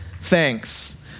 thanks